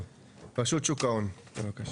רשות שוק ההון, בבקשה.